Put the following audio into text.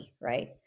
right